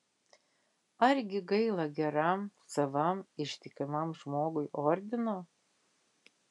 argi gaila geram savam ištikimam žmogui ordino